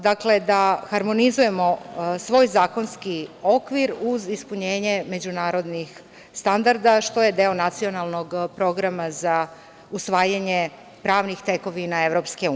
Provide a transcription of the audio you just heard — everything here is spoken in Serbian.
Dakle, da harmonizujemo svoj zakonski okvir uz ispunjenje međunarodnih standarda, što je deo nacionalnog programa za usvajanje pravnih tekovina EU.